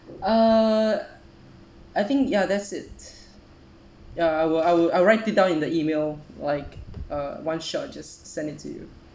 uh I think ya that's it ya I will I will I'll write it down in the email like uh one shot just send it to you